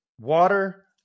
water